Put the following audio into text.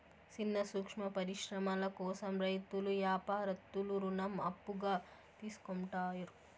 సిన్న సూక్ష్మ పరిశ్రమల కోసం రైతులు యాపారత్తులు రుణం అప్పుగా తీసుకుంటారు